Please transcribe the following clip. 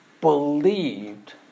believed